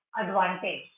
advantage